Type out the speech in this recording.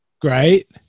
great